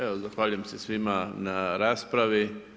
Evo zahvaljujem se svima na raspravi.